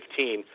2015